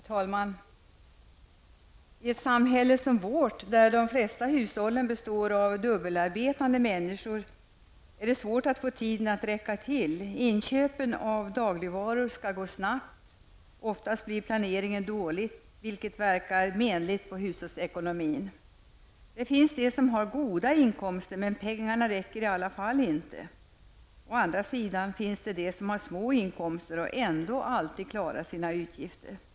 Herr talman! I ett samhälle som vårt där de flesta hushåll består av dubbelarbetande människor, är det svårt att få tiden att räcka till. Inköpen av dagligvaror skall gå snabbt. Oftast blir planeringen dålig, vilket inverkar menligt på hushållsekonomin. Det finns de som har goda inkomster, men pengarna räcker inte i alla fall. Å andra sidan finns det de som har små inkomster och ändå alltid klarar sina utgifter.